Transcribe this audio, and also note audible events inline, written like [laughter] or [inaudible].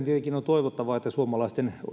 [unintelligible] tietenkin on toivottavaa että suomalaisten